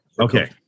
Okay